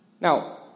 Now